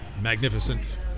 magnificent